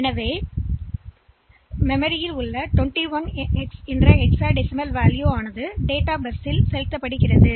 எனவே அது டேட்டா பஸ்ஸில் 21 ஹெக்ஸ் மதிப்பைப் பெறுகிறது